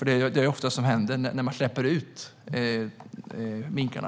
Det är ofta det som händer när man släpper ut minkarna.